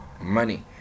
money